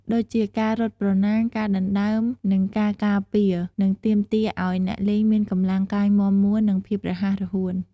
ដូចជា ការរត់ប្រណាំង ការដណ្ដើម និងការការពារ និងទាមទារឱ្យអ្នកលេងមានកម្លាំងកាយមាំមួន និងភាពរហ័សរហួន។